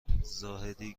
زاهدی